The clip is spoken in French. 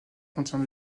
contient